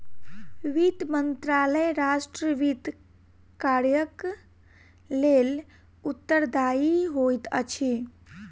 वित्त मंत्रालय राष्ट्र वित्त कार्यक लेल उत्तरदायी होइत अछि